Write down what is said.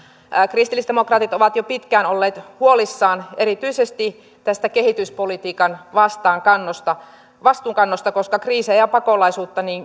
kristillisdemokraatit ovat jo pitkään olleet huolissaan erityisesti tästä kehityspolitiikan vastuunkannosta vastuunkannosta koska kyllähän kriisejä ja pakolaisuutta